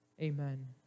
Amen